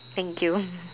thank you